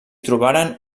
trobaren